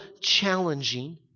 challenging